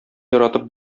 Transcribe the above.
яратып